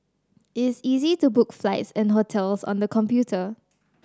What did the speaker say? it's easy to book flights and hotels on the computer